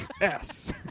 Yes